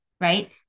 Right